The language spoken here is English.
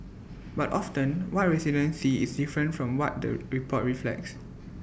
but often what residents see is different from what the report reflects